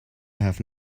have